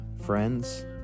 friends